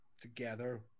together